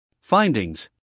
Findings